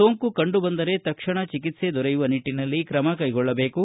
ಸೋಂಕು ಕಂಡು ಬಂದರೆ ತಕ್ಷಣ ಚಿಕಿತ್ಸೆ ದೊರೆಯುವ ನಿಟ್ಟನಲ್ಲಿ ತ್ರಮ ಕೈಗೊಳ್ಳಬೇಕು